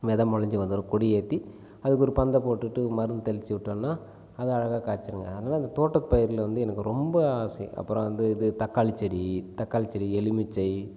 விதை முளஞ்சி வந்துடும் கொடி ஏற்றி அதுக்கு ஒரு பந்தப் போட்டுவிட்டு மருந்து தெளித்து விட்டோன்னா அது அழகாக காய்ச்சிருங்க அதனால தோட்ட பயிரில் வந்து எனக்கு வந்து ரொம்ப ஆசை அப்புறம் வந்து தக்காளிச் செடி தக்காளிச் செடி எலுமிச்சை